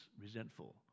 resentful